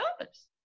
others